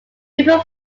people